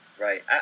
Right